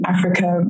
Africa